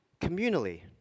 communally